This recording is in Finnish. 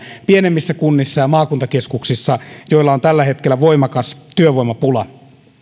pienemmissä kunnissa ja maakuntakeskuksissa todella menestyviä teollisuusyrityksiä joilla on tällä hetkellä voimakas työvoimapula